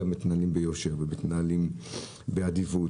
ולכן גם מתנהלים ביושר, ומתנהלים באדיבות.